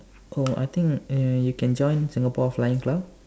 oh I think uh you can join Singapore flying club